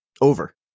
over